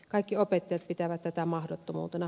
kaikki opettajat pitävät tätä mahdottomuutena